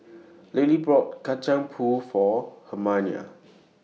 Lilie bought Kacang Pool For Hermina